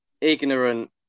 ignorant